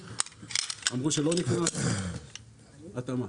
אמרו שלא נכנס אבל יש התאמה.